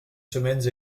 semaines